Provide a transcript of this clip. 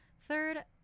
Third